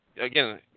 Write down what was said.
Again